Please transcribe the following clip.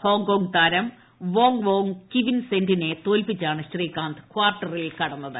Hong Kong താര്ക്ക പ്പോങ് Wong കിവിൻ സെന്റിനെ തോൽപ്പിച്ചാണ് ശ്രീക്ടാന്ത് ക്ടാർട്ടറിൽ കടന്നത്